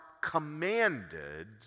commanded